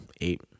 eight